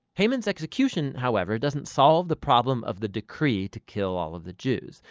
haman's execution however, doesn't solve the problem of the decree to kill all of the jews.